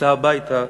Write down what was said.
כשתיסע הביתה,